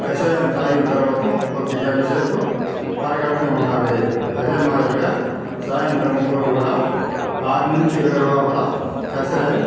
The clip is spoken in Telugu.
కషాయం తాగిన తరువాత ఒక గంట సేపు పరగడపున ఉండాలి అదే మాదిరిగా సాయంత్రం పూట కూడా ఆరు నుంచి ఏడు లోపల కషాయం